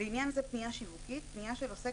לעניין זה "פניה שיווקית" פניה של עוסק